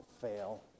fail